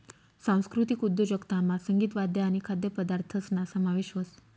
सांस्कृतिक उद्योजकतामा संगीत, वाद्य आणि खाद्यपदार्थसना समावेश व्हस